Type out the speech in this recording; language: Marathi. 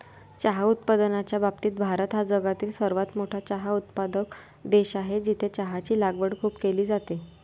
चहा उत्पादनाच्या बाबतीत भारत हा जगातील सर्वात मोठा चहा उत्पादक देश आहे, जिथे चहाची लागवड खूप केली जाते